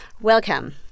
Welcome